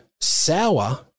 sour